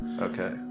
Okay